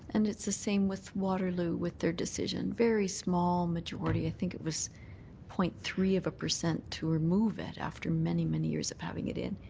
and it's the same with waterloo with their decision, very small majority, i think it was point three of a percent, to remove it after many, many years years of having it in.